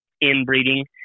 inbreeding